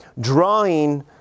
drawing